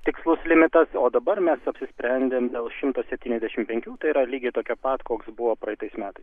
tikslus limitas o dabar mes apsisprendėme dėl šimto septyniasdešimt penkių tai yra lygiai tokia pat koks buvo praeitais metais